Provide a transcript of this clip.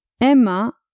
Emma